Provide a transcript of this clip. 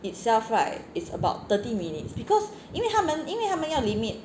itself right is about thirty minutes because 因为他们因为他们要 limit